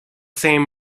same